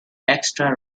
extra